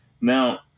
Now